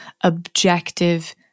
objective